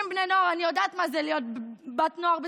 נא לצאת החוצה,